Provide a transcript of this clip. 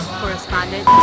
correspondent